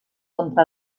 contra